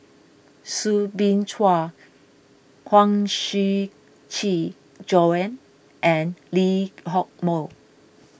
Soo Bin Chua Huang Shiqi Joan and Lee Hock Moh